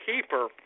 keeper